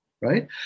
Right